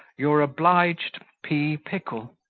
your obliged p. pickle.